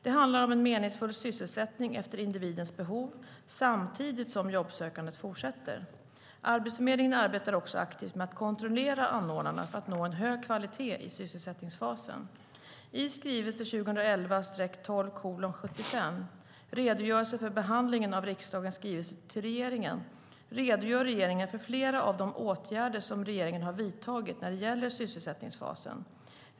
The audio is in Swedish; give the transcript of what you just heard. Det handlar om en meningsfull sysselsättning efter individens behov, samtidigt som jobbsökandet fortsätter. Arbetsförmedlingen arbetar också aktivt med att kontrollera anordnarna för att nå en hög kvalitet i sysselsättningsfasen. I skrivelse 2011/12:75, Redogörelse för behandlingen av riksdagens skrivelser till regeringen , redogör regeringen för flera av de åtgärder som regeringen har vidtagit när det gäller sysselsättningsfasen.